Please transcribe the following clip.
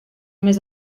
més